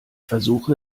versuche